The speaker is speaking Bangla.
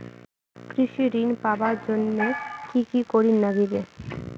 কৃষি ঋণ পাবার জন্যে কি কি করির নাগিবে?